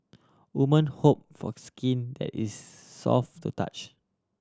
woman hope for skin that is soft to touch